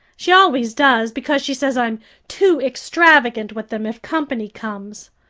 she always does, because she says i'm too extravagant with them if company comes.